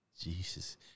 Jesus